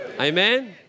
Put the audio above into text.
Amen